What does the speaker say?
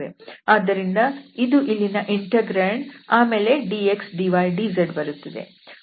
ಆದ್ದರಿಂದ ಇದು ಇಲ್ಲಿನ ಇಂಟೆಗ್ರಾಂಡ್ ಆಮೇಲೆ dxdydz ಬರುತ್ತದೆ